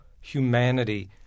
humanity